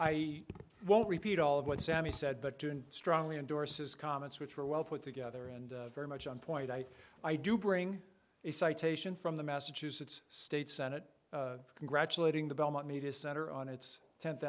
i won't repeat all of what sammy said but i strongly endorse his comments which were well put together and very much on point i i do bring a citation from the massachusetts state senate congratulating the belmont media center on its tenth